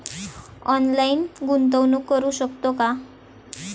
Online गुंतवणूक करू शकतो का?